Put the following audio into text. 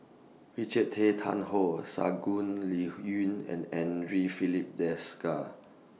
Richard Tay Tian Hoe Shangguan Liuyun and Andre Filipe Desker